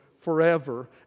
forever